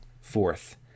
fourth